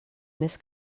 més